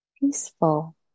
peaceful